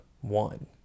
one